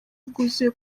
bwuzuye